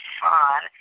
fun